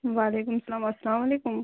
وَعلیکُم السَلام اَلسَلام علیکُم